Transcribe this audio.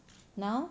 now